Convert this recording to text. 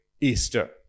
Easter